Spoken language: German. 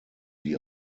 die